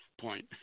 point